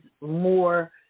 more